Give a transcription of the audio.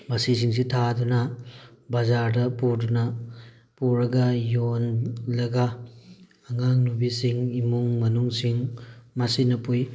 ꯃꯁꯤꯁꯤꯡꯁꯤ ꯊꯥꯗꯨꯅ ꯕꯖꯥꯔꯗ ꯄꯨꯗꯅ ꯄꯨꯔꯒ ꯌꯣꯜꯂꯒ ꯑꯉꯥꯡꯅꯨꯕꯤꯁꯤꯡ ꯏꯃꯨꯡ ꯃꯅꯨꯡꯁꯤꯡ ꯃꯁꯤꯅ ꯄꯨꯏ